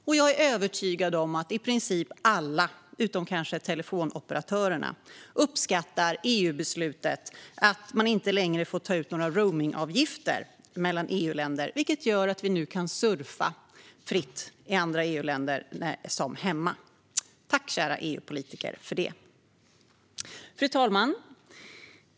Och jag är övertygad om att i princip alla, utom kanske telefonoperatörerna, uppskattar EU-beslutet om att man inte längre får ta ut några roamingavgifter mellan EU-länder, vilket gör att vi nu kan surfa fritt i andra EU-länder på samma sätt som hemma. Tack, kära EU-politiker, för det! Fru talman!